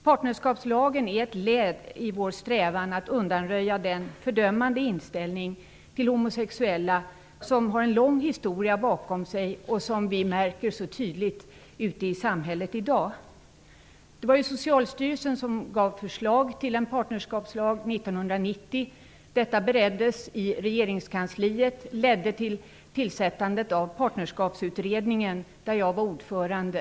Partnerskapslagen är ett led i vår strävan att undanröja den fördömande inställning till homosexuella som har en lång historia bakom sig och som vi märker så tydligt ute i samhället i dag. Socialstyrelsen gav 1990 ett förslag till en partnerskapslag. Detta förslag bereddes i regeringskansliet, vilket ledde till tillsättandet av Partnerskapskommittén, där jag var ordförande.